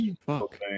Fuck